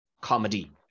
comedy